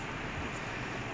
ya lucky lah